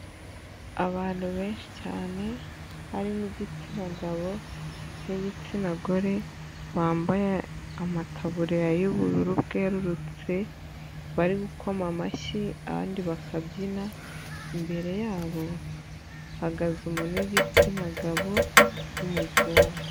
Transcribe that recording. Abantu benshi cyane harimo igitsina gabo n'igitsina gore, bambaye amataburya y'ubururu bwerurutse, bari gukoma amashyi abandi bakabyina, imbere yabo hahagaze umuntu w'igitsina gabo w'umuzungu.